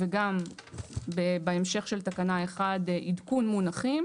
וגם בהמשך של תקנה (1) עדכון מונחים,